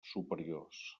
superiors